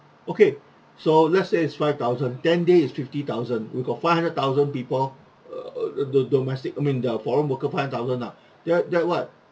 okay so let's say is five thousand ten day is fifty thousand we got five hundred thousand people uh uh uh the domestic I mean the foreign worker five hundred thousand lah that that what